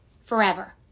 forever